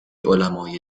علمای